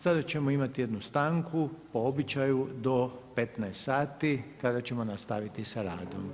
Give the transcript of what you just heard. Sada ćemo imati jednu stanku po običaju do 15 sati kada ćemo nastaviti sa radom.